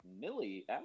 millie